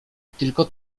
tylko